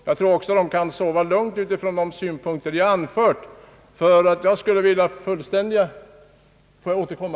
Jag tror de kan sova lugnt också med hänsyn till de synpunkter vi anfört. Jag skall be att få återkomma.